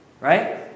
Right